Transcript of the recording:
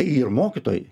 ir mokytojai